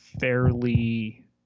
fairly